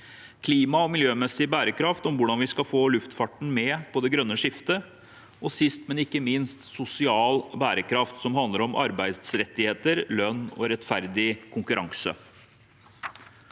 klima- og miljømessig bærekraft, om hvordan vi skal få luftfarten med på det grønne skiftet; og sist, men ikke minst, sosial bærekraft, som handler om arbeidsrettigheter, lønn og rettferdig konkurranse.